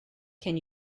can